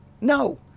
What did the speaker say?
No